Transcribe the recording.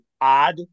odd